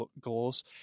goals